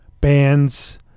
bands